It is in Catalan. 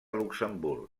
luxemburg